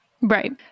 Right